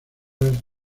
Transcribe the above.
algunas